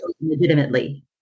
legitimately